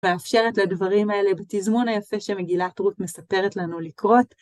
מאפשרת לדברים האלה בתזמון היפה שמגילת רות מספרת לנו לקרות.